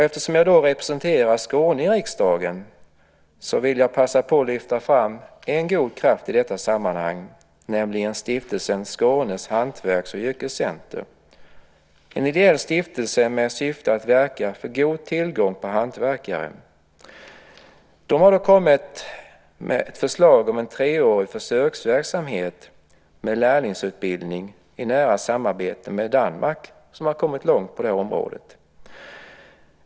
Eftersom jag representerar Skåne i riksdagen vill jag passa på att lyfta fram en god kraft i detta sammanhang, nämligen stiftelsen Skånes Hantverk & Yrkescenter. Det är en ideell stiftelse med syfte att verka för god tillgång på hantverkare. Stiftelsen har kommit med ett förslag om en treårig försöksverksamhet med lärlingsutbildning i nära samarbete med Danmark, som har kommit långt på området.